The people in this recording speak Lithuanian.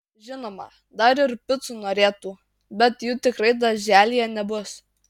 žinoma dar ir picų norėtų bet jų tikrai darželyje nebus